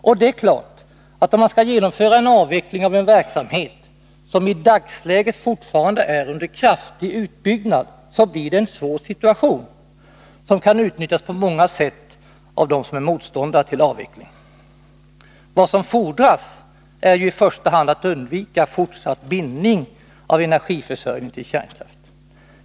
Och det är klart: Skall man genomföra en avveckling av en verksamhet som i dagsläget fortfarande är under kraftig utbyggnad, blir det en svår situation som kan utnyttjas på många sätt av dem som är motståndare till avveckling. Vad som fordras är i första hand att man undviker fortsatt bindning av energiförsörjningen till kärnkraft.